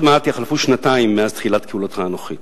עוד מעט יחלפו שנתיים מאז תחילת כהונתך הנוכחית.